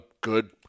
good